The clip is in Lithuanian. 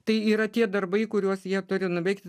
tai yra tie darbai kuriuos jie turi nuveikti